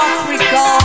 Africa